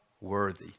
worthy